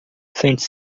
sente